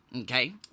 okay